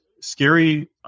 scary